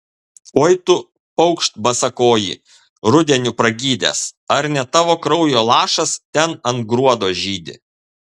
oi tu paukšt basakoji rudeniu pragydęs ar ne tavo kraujo lašas ten ant gruodo žydi